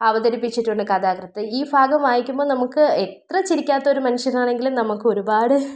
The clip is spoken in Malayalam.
അവതരിപ്പിച്ചിട്ടുണ്ട് കഥാകൃത്ത് ഈ ഭാഗം വായിക്കുമ്പോൾ നമുക്ക് എത്ര ചിരിക്കാത്ത ഒരു മനുഷ്യനാണെങ്കിലും നമുക്കൊരുപാട്